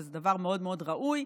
וזה דבר מאוד מאוד ראוי,